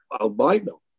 albino